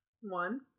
one